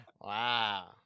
wow